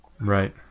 Right